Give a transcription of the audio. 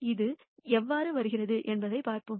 இது எவ்வாறு வருகிறது என்பதைப் பார்ப்போம்